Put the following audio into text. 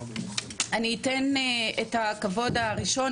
אני אתן את הכבוד הראשון,